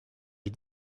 les